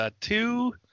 two